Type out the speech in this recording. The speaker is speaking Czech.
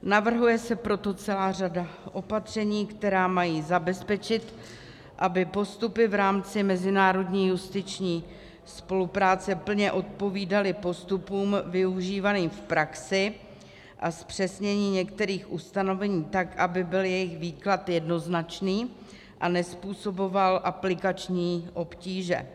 Navrhuje se proto celá řada opatření, která mají zabezpečit, aby postupy v rámci mezinárodní justiční spolupráce plně odpovídaly postupům využívaným v praxi, a zpřesnění některých ustanovení tak, aby byl jejich výklad jednoznačný a nezpůsoboval aplikační obtíže.